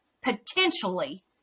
potentially